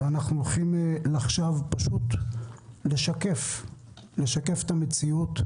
ואנחנו הולכים לשקף עכשיו את המציאות.